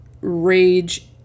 rage